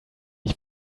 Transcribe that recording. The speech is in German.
ich